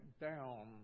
down